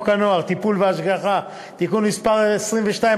הנוער (טיפול והשגחה) (תיקון מס' 22),